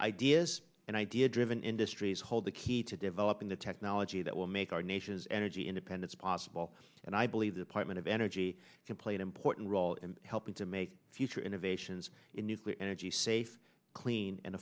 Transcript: ideas and idea driven industries hold the key to developing the technology that will make our nation's energy independence possible and i believe the apartment of energy can play an important role in helping to make future innovations in nuclear energy safe clean and